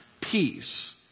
peace